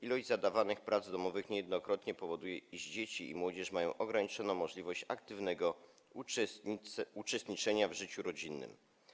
Ilość zadawanych prac domowych niejednokrotnie powoduje, iż dzieci i młodzież mają ograniczoną możliwość aktywnego uczestniczenia w życiu rodzinnym.